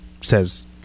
says